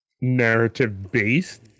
narrative-based